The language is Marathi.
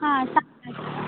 हां सात